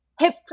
hip